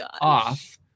off